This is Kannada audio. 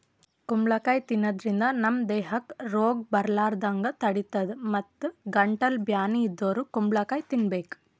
ಕುಂಬಳಕಾಯಿ ತಿನ್ನಾದ್ರಿನ್ದ ನಮ್ ದೇಹಕ್ಕ್ ರೋಗ್ ಬರಲಾರದಂಗ್ ತಡಿತದ್ ಮತ್ತ್ ಗಂಟಲ್ ಬ್ಯಾನಿ ಇದ್ದೋರ್ ಕುಂಬಳಕಾಯಿ ತಿನ್ಬೇಕ್